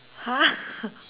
!huh!